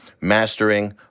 mastering